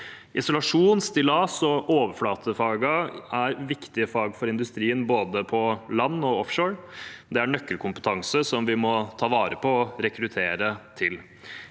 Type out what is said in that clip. Isolasjons-, stillas- og overflatefagene er viktige fag for industrien både på land og offshore. Det er nøkkelkompetanse vi må ta vare på og rekruttere til.